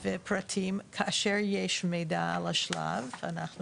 פרטים על השלב כאשר יש מידע על השלב,